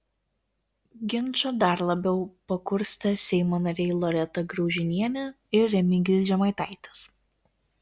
ginčą dar labiau pakurstė seimo nariai loreta graužinienė ir remigijus žemaitaitis